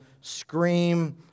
scream